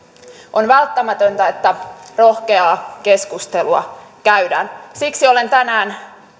on välttämätöntä että rohkeaa keskustelua käydään siksi olen tänään